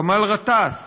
כמאל גטאס,